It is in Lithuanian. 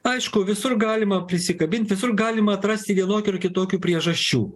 aišku visur galima prisikabint visur galima atrasti vienokių ar kitokių priežasčių